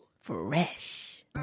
Fresh